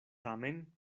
tamen